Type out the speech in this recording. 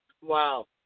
Wow